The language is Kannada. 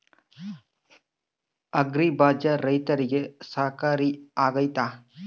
ಅಗ್ರಿ ಬಜಾರ್ ರೈತರಿಗೆ ಸಹಕಾರಿ ಆಗ್ತೈತಾ?